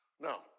Now